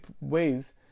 ways